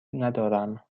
ندارم